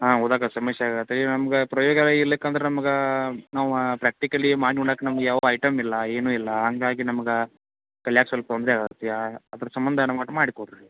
ಹಾಂ ಊರಾಗ ಸಮಸ್ಯಾಗತಿ ನಮ್ಗೆ ಪ್ರಯೋಗಾಲಯ ಇರ್ಲಿಕ್ಕೆ ಅಂದ್ರ ನಮ್ಗ ನಾವು ಪ್ರಾಕ್ಟಿಕಲಿ ಮಾಡಿ ನೋಡಾಕೆ ನಮಗೆ ಯಾವ ಐಟಮ್ ಇಲ್ಲ ಏನು ಇಲ್ಲ ಹಂಗಾಗಿ ನಮ್ಗ ಕಲಿಯಾಕೆ ಸೊಲ್ಪ ತೊಂದ್ರೆ ಅದ್ರ ಸಂಬಂಧ ಏನು ಮಟ್ ಮಾಡಿ ಕೊಡ್ರಿ